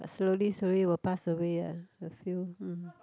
but slowly slowly will pass away uh a few mm